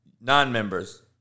non-members